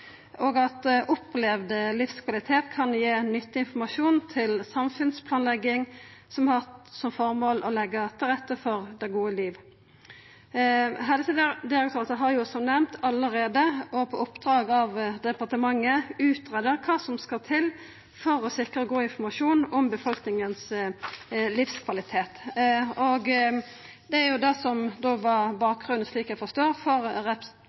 og at opplevd livskvalitet kan gi nyttig informasjon til samfunnsplanlegging som har som mål å leggja til rette for det gode livet. Helsedirektoratet har, som nemnt, allereie og på oppdrag frå departementet greidd ut kva som skal til for å sikra god informasjon om livskvaliteten i befolkninga. Det var bakgrunnen, slik eg forstår det, for representantforslaget, som Senterpartiet og eg er medforslagsstillar til. Eg